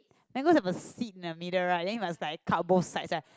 mangoes have a seed in the middle right then you must like cut both sides right